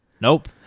Nope